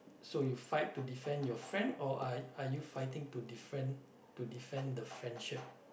so you fight to defend your friend or are are you fighting to defend to defend the friendship